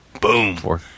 Boom